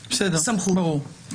בסדר, ברור.